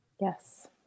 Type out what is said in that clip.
Yes